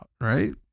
right